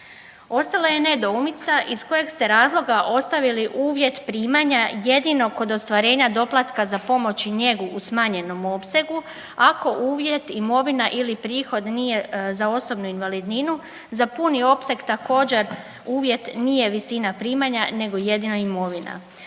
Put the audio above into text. Ostala je nedoumica iz kojeg ste razloga ostavili uvjet primanja jedino kod ostvarenja doplatka za pomoć i njegu u smanjenom opsegu, ako uvjet imovina ili prihod nije za osobnu invalidninu. Za puni opseg također uvjet nije visina primanja, nego jedina imovina.